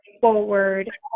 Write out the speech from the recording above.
forward